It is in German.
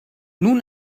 nun